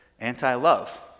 anti-love